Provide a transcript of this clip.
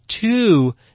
two